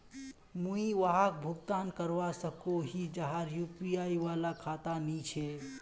मुई वहाक भुगतान करवा सकोहो ही जहार यु.पी.आई वाला खाता नी छे?